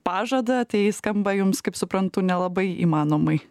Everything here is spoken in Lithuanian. pažadą tai jis skamba jums kaip suprantu nelabai įmanomai